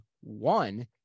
One